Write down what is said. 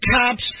cop's